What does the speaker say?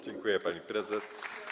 Dziękuję, pani prezes.